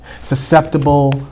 susceptible